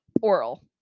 Oral